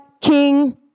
King